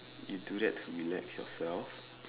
you do that to relax yourself